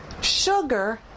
sugar